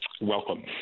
welcome